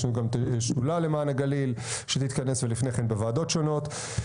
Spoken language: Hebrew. יש לנו גם שדולה למען הגליל שתתכנס ולפני כן בוועדות שונות.